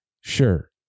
Sure